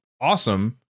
awesome